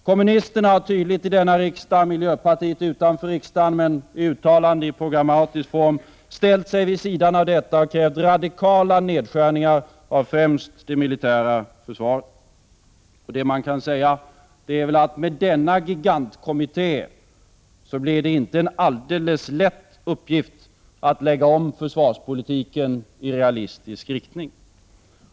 Kommunisterna har tydligt i denna riksdag och miljöpartiet utanför riksdagen, men genom uttalanden i programmatisk form, ställt sig vid sidan av och krävt radikala nedskärningar av främst det militära försvaret. Med denna gigantkommitté blir det inte en alldeles lätt uppgift att lägga om försvarspolitiken i realistisk riktning.